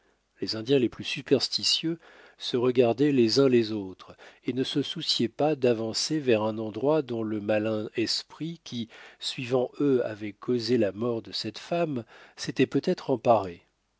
les indiens les plus superstitieux se regardaient les uns les autres et ne se souciaient pas d'avancer vers un endroit dont le malin esprit qui suivant eux avait causé là mort de cette femme s'était peut-être emparé